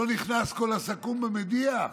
לא נכנס כל הסכו"ם במדיח,